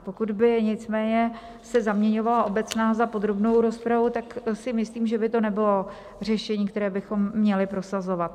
Pokud by nicméně se zaměňovala obecná za podrobnou rozpravu, tak to si myslím, že by nebylo řešení, které bychom měli prosazovat.